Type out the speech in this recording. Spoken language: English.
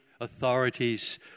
authorities